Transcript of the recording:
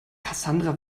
cassandra